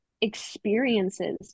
experiences